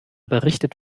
berichtet